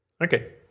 Okay